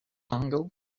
dongle